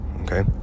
okay